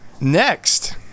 next